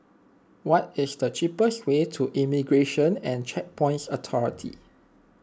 what is the cheapest way to Immigration and Checkpoints Authority